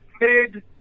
mid